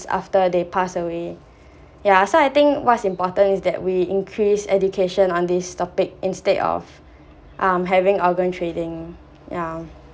after they passed away ya so I think what's important is that we increase education on this topic instead of um having organ trading yeah